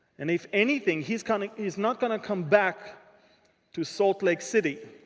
and if anything, he is kind of is not going to come back to salt lake city.